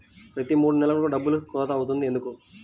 ప్రతి మూడు నెలలకు డబ్బులు కోత అవుతుంది ఎందుకు?